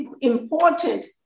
important